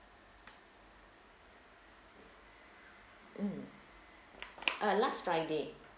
um uh last friday